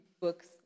books